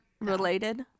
related